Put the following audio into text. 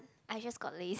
I just got Lays